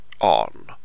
on